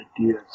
ideas